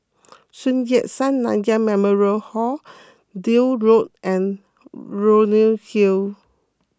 Sun Yat Sen Nanyang Memorial Hall Deal Road and Leonie Hill